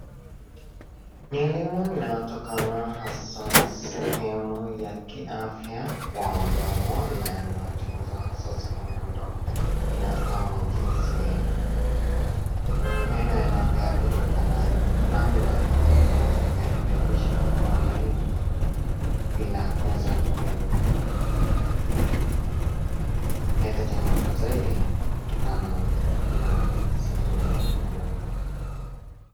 Ni elimu inatokana hasa na sehemu ya kiafya wa mdomo na yanayochunguza hasa sehemu ya mdomo. Inayotokana na jinsi meno yanavyoadhirika na namna ya kuweza kuyarekebisha na kuwa laini, bila kuweza kuleta changamoto zaidi kutokana na sehemu ya meno.